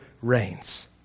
reigns